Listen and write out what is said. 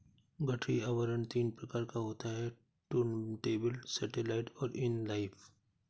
गठरी आवरण तीन प्रकार का होता है टुर्नटेबल, सैटेलाइट और इन लाइन